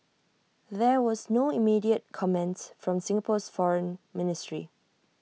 there was no immediate comment from Singapore's foreign ministry